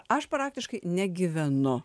aš praktiškai negyvenu